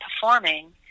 performing